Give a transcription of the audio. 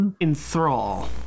Enthrall